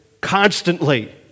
constantly